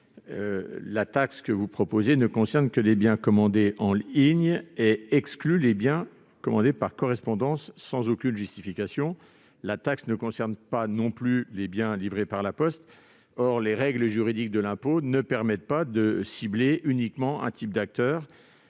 la taxe que vous proposez ne concerne que les biens commandés en ligne et exclut les biens commandés par correspondance, sans aucune justification. Elle ne concerne pas non plus les biens livrés par La Poste. Or les règles juridiques de l'impôt ne permettent pas de cibler uniquement un type d'acteurs.